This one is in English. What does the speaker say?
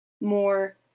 more